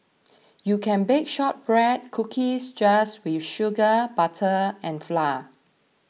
you can bake Shortbread Cookies just with sugar butter and flour